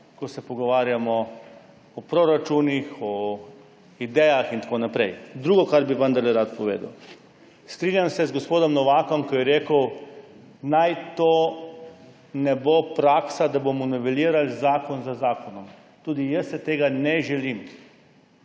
ko se pogovarjamo o proračunih, o idejah in tako naprej. Drugo, kar bi vendarle rad povedal. Strinjam se z gospodom Novakom, ko je rekel, naj to ne bo praksa, da bomo novelirali zakon za zakonom. Tudi jaz si tega ne želim.